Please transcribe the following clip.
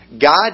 God